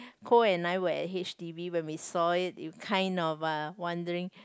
Koh and I were at h_d_b when we saw it you kind of uh wondering